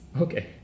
Okay